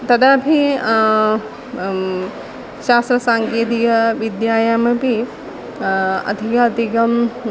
तदापि शास्त्रसाङ्केतिकी विद्यायामपि अधिकम् अधिकम्